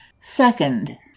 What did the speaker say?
Second